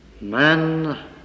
man